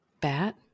bat